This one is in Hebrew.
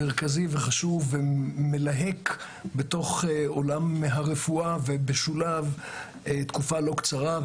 מרכזי ומלהק בעולם הרפואה ובשוליו במשך תקופה לא קצרה.